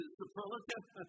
superlative